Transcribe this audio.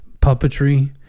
puppetry